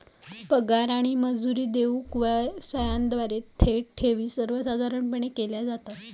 पगार आणि मजुरी देऊक व्यवसायांद्वारा थेट ठेवी सर्वसाधारणपणे केल्या जातत